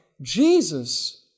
Jesus